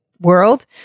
world